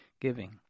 giving